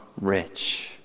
rich